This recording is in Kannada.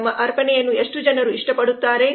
ನಮ್ಮ ಅರ್ಪಣೆಯನ್ನು ಎಷ್ಟು ಜನರು ಇಷ್ಟಪಡುತ್ತಾರೆ